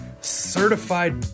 certified